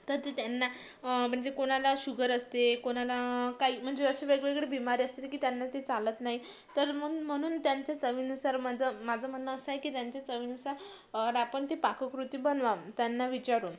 तर ते त्यांना म्हणजे कोणाला शुगर असते कोणाला काही म्हणजे असे वेगवेगळे बीमारी असते जी की त्यांना ते चालत नाहीे तर मग म्हणून त्यांच्या चवीनुसार माझं माझं म्हणणं असं आहे की त्यांच्या चवीनुसार आपण ते पाककृती बनवावी त्यांना विचारून